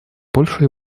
польша